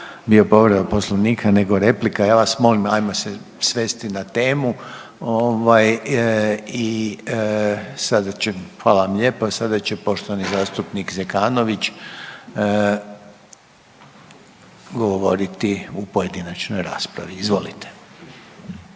bio povreda Poslovnika nego replika ja vas molim ajmo se svesti na temu ovaj i sada će, hvala vam lijepo, sada će poštovani zastupnik Zekanović govoriti u pojedinačnoj raspravi. Izvolite.